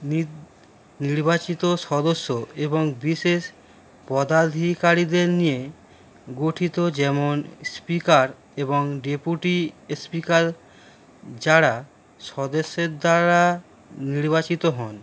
নির নির্বাচিত সদস্য এবং বিশেষ পদাধিকারীদের নিয়ে গঠিত যেমন স্পিকার এবং ডেপুটি স্পিকার যারা সদস্যের দ্বারা নির্বাচিত হন